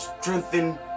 strengthen